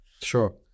sure